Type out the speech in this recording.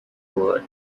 world